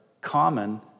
common